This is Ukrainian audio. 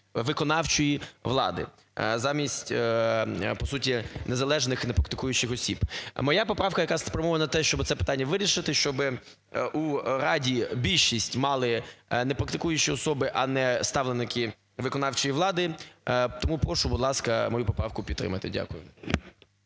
виконавчої влади замість, по суті, незалежних і не практикуючих осіб. Моя поправка якраз спрямована на те, щоби це питання вирішити, що у раді більшість мали не практикуючі особи, а не ставленики виконавчої влади, тому прошу, будь ласка, мою поправку підтримати. Дякую.